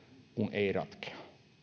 ei ratkea